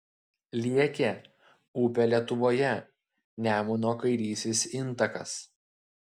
liekė upė lietuvoje nemuno kairysis intakas